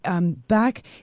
back